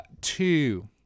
two